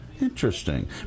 Interesting